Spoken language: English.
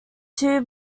two